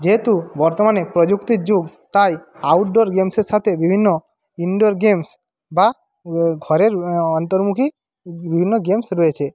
যেহেতু বর্তমানে প্রযুক্তির যুগ তাই আউটডোর গেমসের সাথে বিভিন্ন ইনডোর গেমস বা ঘরের অন্তর্মুখী বিভিন্ন গেমস রয়েছে